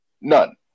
none